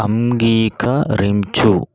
అంగీకరించు